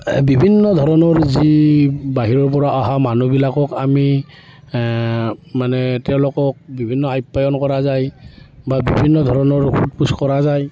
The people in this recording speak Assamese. বিভিন্ন ধৰণৰ যি বাহিৰৰ পৰা অহা মানুহবিলাকক আমি মানে তেওঁলোকক বিভিন্ন আপ্যায়ন কৰা যায় বা বিভিন্ন ধৰণৰ সোধ পোচ কৰা যায়